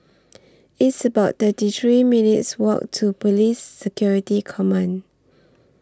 It's about thirty three minutes' Walk to Police Security Command